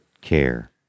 care